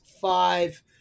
five